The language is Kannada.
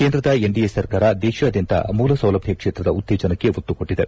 ಕೇಂದ್ರದ ಎನ್ಡಿಎ ಸರ್ಕಾರ ದೇಶಾದ್ಯಂತ ಮೂಲಸೌಲಭ್ಯ ಕ್ಷೇತ್ರದ ಉತ್ತೇಜನಕ್ಕೆ ಒತ್ತು ಕೊಟ್ಟಿದೆ